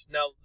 Now